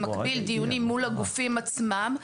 במקביל דיונים מול הגופים עצמם,